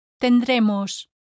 tendremos